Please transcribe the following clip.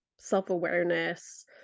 self-awareness